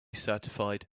certified